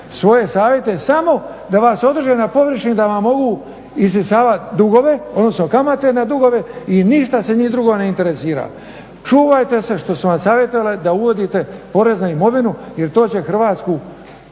svoje savjete samo da vas održe na površini i da vam mogu isisavati dugove, odnosno kamate na dugove, i ništa njih drugo ne interesira. Čuvajte se što su vam savjetovali da uvodite porez na imovinu jer to će Hrvatsku